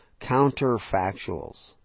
counterfactuals